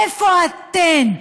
איפה אתן?